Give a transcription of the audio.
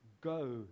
Go